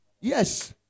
Yes